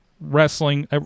wrestling